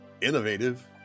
Innovative